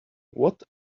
what